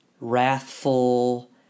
wrathful